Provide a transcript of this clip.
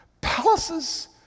palaces